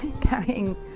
carrying